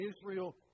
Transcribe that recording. Israel